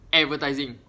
advertising